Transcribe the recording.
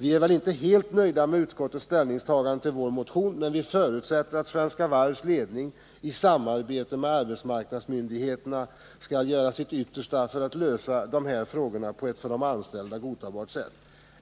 Vi är väl inte helt nöjda med utskottets ställningstagande till vår motion, men vi förutsätter att Svenska Varvs ledning i samarbete med arbetsmarknadsmyndigheterna 161 skall göra sitt yttersta för att lösa de här frågorna på ett för de anställda godtagbart sätt.